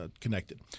connected